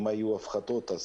אם היו הפחתות אז